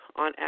on